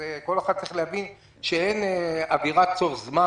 אז כל אחד צריך להבין שאין אווירת "סוף זמן",